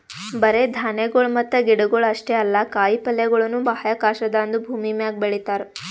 ಬರೇ ಧಾನ್ಯಗೊಳ್ ಮತ್ತ ಗಿಡಗೊಳ್ ಅಷ್ಟೇ ಅಲ್ಲಾ ಕಾಯಿ ಪಲ್ಯಗೊಳನು ಬಾಹ್ಯಾಕಾಶದಾಂದು ಭೂಮಿಮ್ಯಾಗ ಬೆಳಿತಾರ್